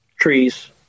trees